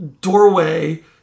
doorway